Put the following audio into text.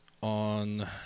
On